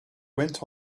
went